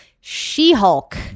She-Hulk